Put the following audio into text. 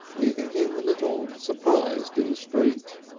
leaving him a little surprised in the street.